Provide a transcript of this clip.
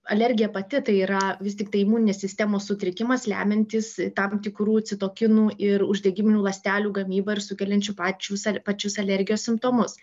alergija pati tai yra vis tiktai imuninės sistemos sutrikimas lemiantis tam tikrų citokinų ir uždegiminių ląstelių gamybą ir sukeliančių pačius pačius alergijos simptomus